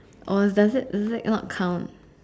or does that does it not count